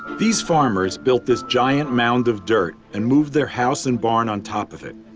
these farmers built this giant mound of dirt and moved their house and barn on top of it.